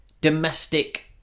domestic